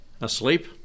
asleep